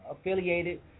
affiliated